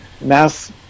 mass